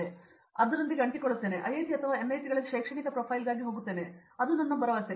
ಹಾಗಾಗಿ ನಾನು ಅದರೊಂದಿಗೆ ಅಂಟಿಕೊಳ್ಳುತ್ತೇನೆ ಮತ್ತು ನಾನು ಐಐಟಿ ಅಥವಾ ಎನ್ಐಟಿಗಳಲ್ಲಿ ಶೈಕ್ಷಣಿಕ ಪ್ರೊಫೈಲ್ಗಾಗಿ ಹೋಗುತ್ತೇನೆ ಅದು ನನ್ನ ಭರವಸೆ